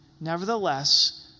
Nevertheless